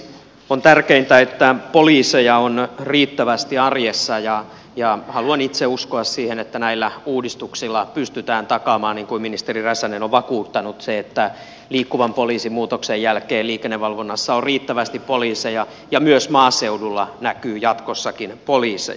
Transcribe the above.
on tärkeintä että poliiseja on riittävästi arjessa ja haluan itse uskoa siihen että näillä uudistuksilla pystytään takaamaan niin kuin ministeri räsänen on vakuuttanut se että liikkuvan poliisin muutoksen jälkeen liikennevalvonnassa on riittävästi poliiseja ja myös maaseudulla näkyy jatkossakin poliiseja